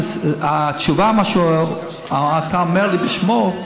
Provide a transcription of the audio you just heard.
התשובה שאתה אומר לי בשמו,